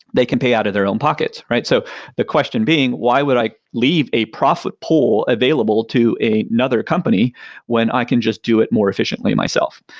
they can pay out of their own pockets, right? so the question being, why would i leave a profit pool available to another company when i can just do it more efficiently myself?